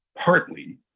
partly